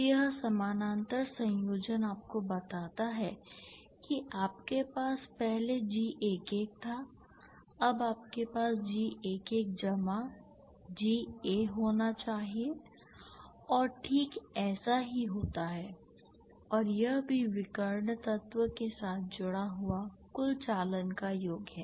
तो यह समानांतर संयोजन आपको बताता है कि आपके पास पहले G11 था अब आपके पास G11 जमा Ga होना चाहिए और ठीक ऐसा ही होता है और यह भी विकर्ण तत्व के साथ जुड़ा हुआ कुल चालन का योग है